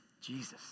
Jesus